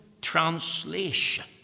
translation